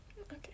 Okay